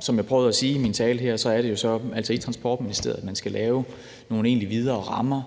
Som jeg prøvede at sige i min tale her, er det jo så altså i Transportministeriet, man skal lave nogle egentlige videre rammer.